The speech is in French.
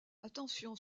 attention